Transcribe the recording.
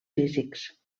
físics